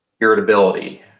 irritability